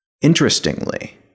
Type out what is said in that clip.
Interestingly